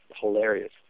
hilarious